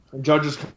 Judge's